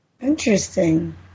Interesting